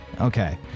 Okay